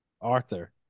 Arthur